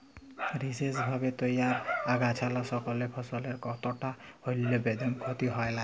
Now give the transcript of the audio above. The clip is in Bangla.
বিসেসভাবে তইয়ার আগাছানাসকলে ফসলের কতকটা হল্যেও বেদম ক্ষতি হয় নাই